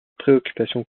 préoccupation